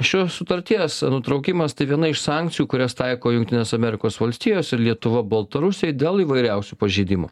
šios sutarties nutraukimas tai viena iš sankcijų kurias taiko jungtinės amerikos valstijos ir lietuva baltarusijai dėl įvairiausių pažeidimų